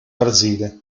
brasile